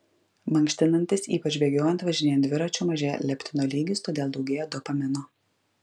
mankštinantis ypač bėgiojant važinėjant dviračiu mažėja leptino lygis todėl daugėja dopamino